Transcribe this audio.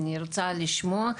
אני רוצה לשמוע.